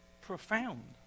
profound